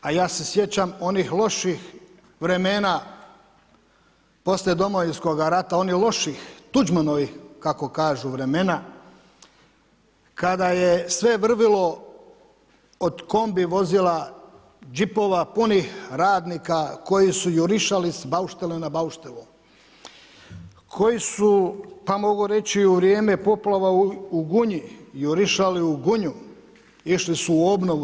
A ja se sjećam onih loših vremena poslije Domovinskog rata, onih loših, Tuđmanovih kako kažu vremena, kada sve vrvilo od kombi vozila, džipova punih radnika koji su jurišali sa bauštele na bauštelu, koji su pa mogu reći u vrijeme poplava u Gunji jurišali u Gunju, išli su u obnovu.